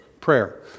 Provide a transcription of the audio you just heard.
Prayer